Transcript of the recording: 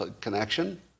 connection